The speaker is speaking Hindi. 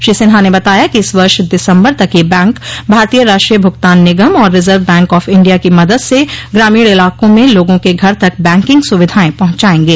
श्री सिन्हा ने बताया कि इस वर्ष दिसंबर तक ये बैंक भारतीय राष्ट्रीय भुगतान निगम और रिजर्व बैंक ऑफ इंडिया की मदद से ग्रामीण इलाकों में लोगों के घर तक बैंकिंग सुविधाएं पहुचायेंगे